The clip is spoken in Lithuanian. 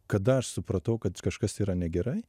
kada aš supratau kad kažkas yra negerai